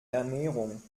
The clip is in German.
ernährung